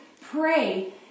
pray